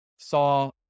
Saw